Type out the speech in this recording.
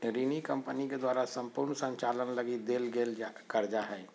ऋण कम्पनी के द्वारा सम्पूर्ण संचालन लगी देल गेल कर्जा हइ